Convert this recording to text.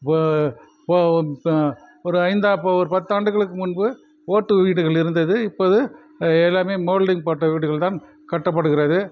ஒரு ஐந்து இப்போ ஒரு பத்தாண்டுகளுக்கு முன்பு ஓட்டு வீடுகள் இருந்தது இப்போது எல்லாமே மோல்டிங் போட்ட வீடுகள் தான் கட்டப்படுகிறது